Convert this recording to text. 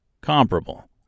Comparable